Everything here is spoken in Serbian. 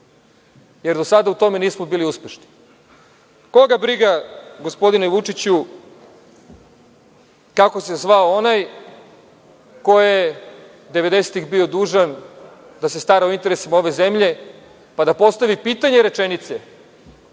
jer do sada u tome nismo bili uspešni. Koga briga, gospodine Vučiću, kako se zvao onaj ko je devedesetih bio dužan da se stara o interesima ove zemlje, pa da postavi pitanje rečenice,